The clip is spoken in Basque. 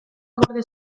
gorde